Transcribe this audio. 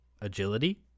agility